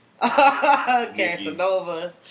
Casanova